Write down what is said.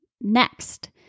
Next